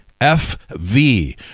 F-V